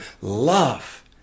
love